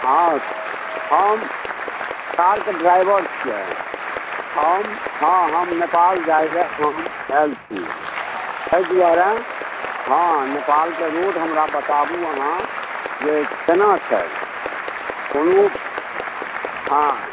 हँ हम कारके ड्राइवर छियै हम हँ हम नेपाल जाइ लए हम आयल छी अइ दुआरे हँ नेपालके रोड हमरा बताबु अहाँ जे केना छै कोनो हँ